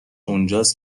اونجاست